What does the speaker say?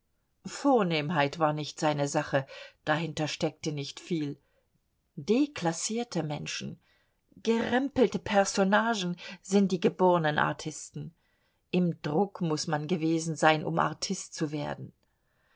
vornehmheit war nicht seine sache dahinter steckte nicht viel deklassierte menschen gerempelte personnagen sind die gebornen artisten im druck muß man gewesen sein um artist zu werden